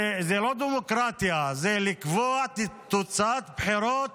זה לא דמוקרטיה, זה לקבוע תוצאת בחירות